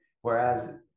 whereas